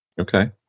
Okay